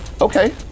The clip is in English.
okay